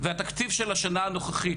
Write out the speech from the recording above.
והתקציב של השנה הנוכחית,